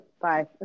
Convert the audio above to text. Bye